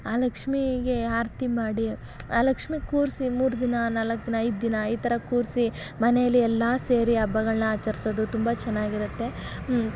ಆ ಲಕ್ಷ್ಮಿಗೆ ಆರತಿ ಮಾಡಿ ಆ ಲಕ್ಷ್ಮಿ ಕೂರಿಸಿ ಮೂರು ದಿನ ನಾಲ್ಕು ದಿನ ಐದು ದಿನ ಈ ಥರ ಕೂರಿಸಿ ಮನೇಲಿ ಎಲ್ಲ ಸೇರಿ ಹಬ್ಬಗಳನ್ನ ಆಚರಿಸೋದು ತುಂಬ ಚೆನ್ನಾಗಿರುತ್ತೆ